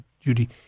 Judy